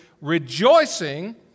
rejoicing